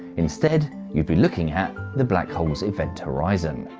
instead you'd be looking at the black hole's event horizon.